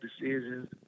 decisions